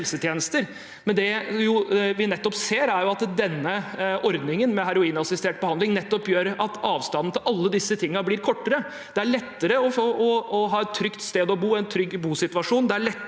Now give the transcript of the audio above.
med heroinassistert behandling gjør at avstanden til alle disse tingene blir kortere. Det er lettere å ha et trygt sted å bo, en trygg bosituasjon.